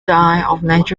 causes